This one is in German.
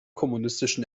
kommunistischen